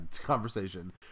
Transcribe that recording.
conversation